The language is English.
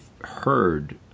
heard